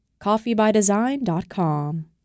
Coffeebydesign.com